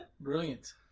Brilliant